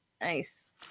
Nice